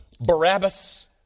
Barabbas